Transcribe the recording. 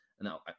Now